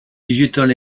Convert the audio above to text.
digital